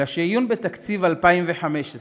אלא שעיון בתקציב 2015 מלמד